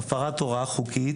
הפרת הוראה חוקית